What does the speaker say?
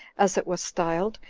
as it was styled,